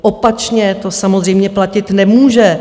Opačně to samozřejmě platit nemůže.